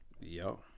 Yo